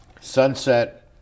Sunset